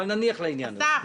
אבל נניח לעניין הזה.